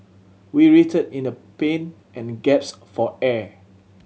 we writhed in the pain and gaps for air